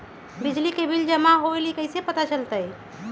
बिजली के बिल जमा होईल ई कैसे पता चलतै?